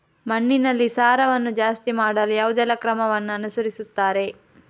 ಮಣ್ಣಿನಲ್ಲಿ ಸಾರವನ್ನು ಜಾಸ್ತಿ ಮಾಡಲು ಯಾವುದೆಲ್ಲ ಕ್ರಮವನ್ನು ಅನುಸರಿಸುತ್ತಾರೆ